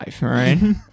Right